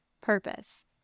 purpose